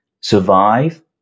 survive